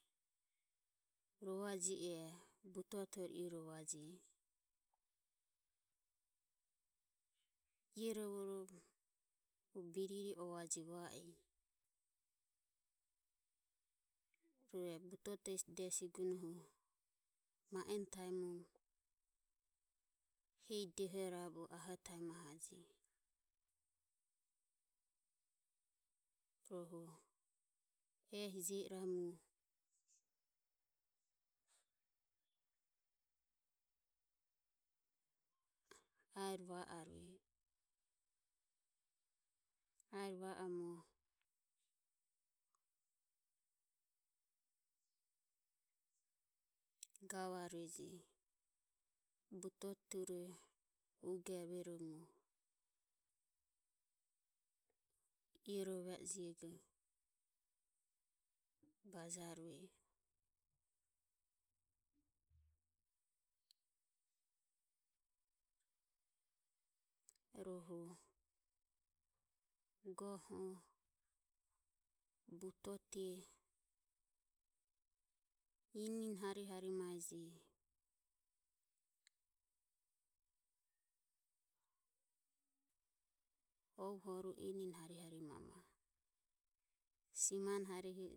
Rova je rohu e butoto iromaje io rovorom biririvaje huva i rohu e butoto hesi de sigunohu ma en taimom hehi dehoho rabo ano taimohaje rohu ehi jio iramu aero va arue, aero vaomo gavarueji butoture uge rue romo iurove jego bajarue. Rohu goho butote inin hari hari maeji, ovo horu inin hari hari maeji, simane harihu e.